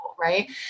right